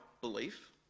belief